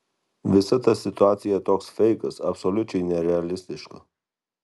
visa ta situacija toks feikas absoliučiai nerealistiška